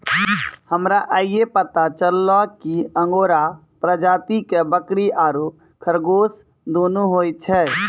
हमरा आइये पता चललो कि अंगोरा प्रजाति के बकरी आरो खरगोश दोनों होय छै